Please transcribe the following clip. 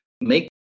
Make